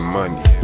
money